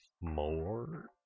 more